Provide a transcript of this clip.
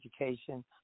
education